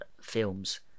films